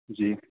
جی